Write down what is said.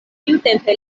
tiutempe